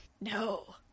No